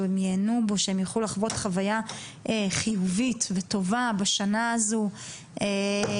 שהם ייהנו בו ושהם יוכלו לחוות חוויה חיובית וטובה בשנה הזו ולכן,